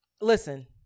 Listen